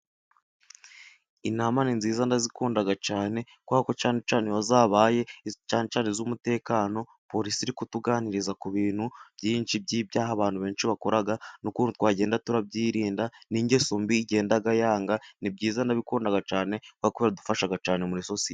Inama ni nziza ndazikunda cyane, kubera ko cyane cyane iyo zabaye cyane cyane iz'umutekano, polisi iri kutuganiriza ku bintu byinshi by'ibyaha abantu benshi bakora, n'ukuntu twagenda tubyirinda n'ingeso mbi igenda yanga, ni byiza ndabikunda cyane kubera ko baradufasha cyane muri sosiyete.